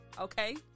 okay